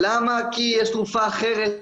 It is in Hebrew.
או כי יש תרופה אחרת.